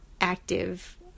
active